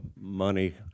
money